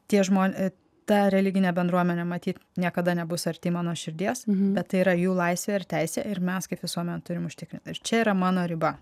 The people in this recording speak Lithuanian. tie žmonės ta religinė bendruomenė matyt niekada nebus arti mano širdies bet tai yra jų laisvė ir teisė ir mes kaip visuomenė turim užtikrint kad čia yra mano riba